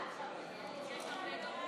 12,